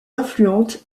influentes